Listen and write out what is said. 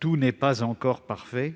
tout n'est pas encore parfait.